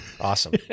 awesome